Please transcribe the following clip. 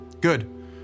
Good